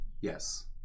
Yes